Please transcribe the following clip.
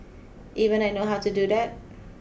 even I know how to do that